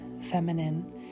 feminine